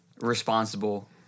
responsible